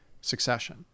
succession